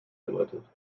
erläutert